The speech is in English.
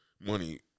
money